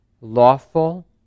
lawful